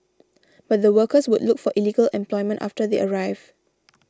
but the workers would look for illegal employment after they arrive